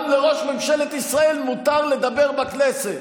גם לראש ממשלת ישראל מותר לדבר בכנסת,